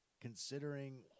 considering